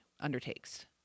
undertakes